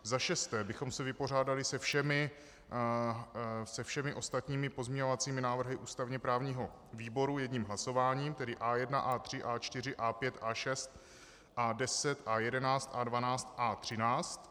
Za šesté bychom se vypořádali se všemi ostatními pozměňovacími návrhy ústavněprávního výboru jedním hlasováním, tedy A1, A3, A4, A5, A6, A10, A11, A12, A13.